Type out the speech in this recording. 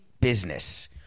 business